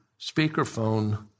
speakerphone